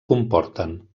comporten